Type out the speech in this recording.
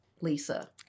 Lisa